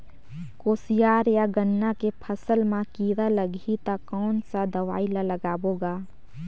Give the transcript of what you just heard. कोशियार या गन्ना के फसल मा कीरा लगही ता कौन सा दवाई ला लगाबो गा?